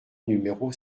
numéro